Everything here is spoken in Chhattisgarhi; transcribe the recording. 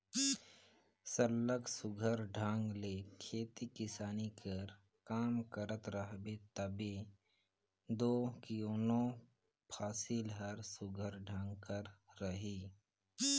सरलग सुग्घर ढंग ले खेती किसानी कर काम करत रहबे तबे दो कोनो फसिल हर सुघर ढंग कर रही